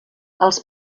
els